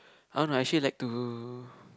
uh no I actually like to